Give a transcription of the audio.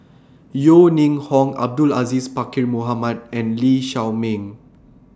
Yeo Ning Hong Abdul Aziz Pakkeer Mohamed and Lee Shao Meng